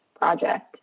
project